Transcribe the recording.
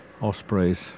Ospreys